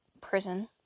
prison